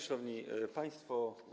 Szanowni Państwo!